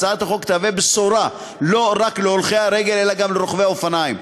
הצעת החוק תהיה בשורה לא רק להולכי הרגל אלא גם לרוכבי האופניים.